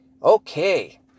okay